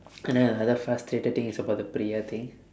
and then another frustrated thing is about the priya thing